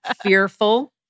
Fearful